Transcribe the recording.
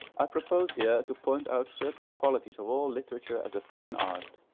i propose here to point out certain qualities of all literature as a fine art,